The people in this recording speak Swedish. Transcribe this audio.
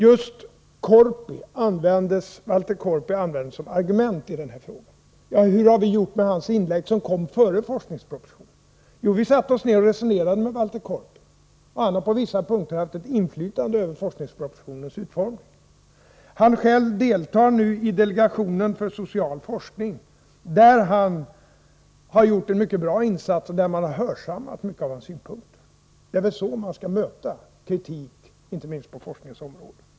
Just Walter Korpi användes som argument i den här frågan. Hur har vi gjort med hans inlägg, som kom före forskningspropositionen? Jo, vi satte oss ner och resonerade med Walter Korpi. Han har på vissa punkter haft ett inflytande över forskningspropositionens utformning. Han själv deltar nu i delegationen för social forskning, där han har gjort en mycket bra insats och där man hörsammat mycket av hans synpunkter. Det är väl så man skall möta kritik — inte minst på forskningens område.